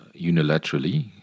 unilaterally